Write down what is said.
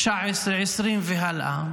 2019, 2020 והלאה,